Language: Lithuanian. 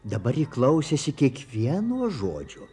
dabar ji klausėsi kiekvieno žodžio